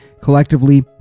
collectively